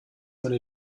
meine